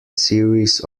series